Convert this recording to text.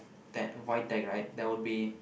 that void deck right there would be